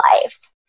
life